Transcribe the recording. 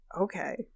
Okay